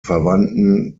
verwandten